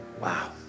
Wow